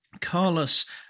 Carlos